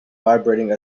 vibrating